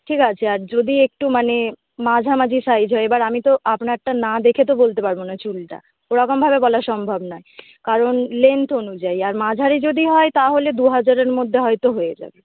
ঠিক আছে আর যদি একটু মানে মাঝামাঝি সাইজ হয় এবার আমি তো আপনারটা না দেখে তো বলতে পারবো না চুলটা ওরকমভাবে বলা সম্ভব নয় কারণ লেন্থ অনুযায়ী আর মাঝারি যদি হয় তাহলে দু হাজারের মধ্যে হয়তো হয়ে যাবে